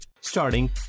starting